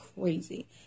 crazy